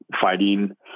Fighting